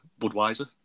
Budweiser